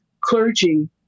clergy